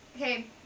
Okay